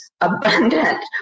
abundant